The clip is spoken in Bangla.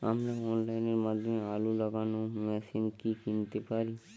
আমরা অনলাইনের মাধ্যমে আলু লাগানো মেশিন কি কিনতে পারি?